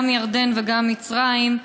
גם ירדן וגם מצרים,